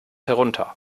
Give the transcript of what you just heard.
herunter